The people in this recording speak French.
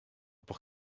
pour